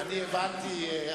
אני הבנתי.